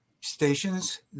stations